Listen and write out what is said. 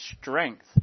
strength